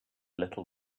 little